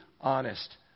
honest